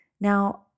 Now